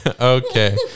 Okay